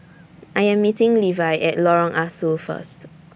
I Am meeting Levi At Lorong Ah Soo First